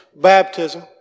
baptism